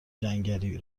جنگلی